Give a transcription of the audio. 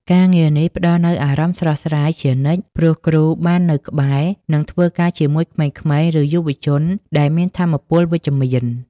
ការងារនេះផ្តល់នូវអារម្មណ៍ស្រស់ស្រាយជានិច្ច ព្រោះគ្រូបាននៅក្បែរ និងធ្វើការជាមួយក្មេងៗ ឬយុវជនដែលមានថាមពលវិជ្ជមាន។